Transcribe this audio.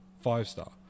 five-star